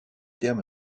terme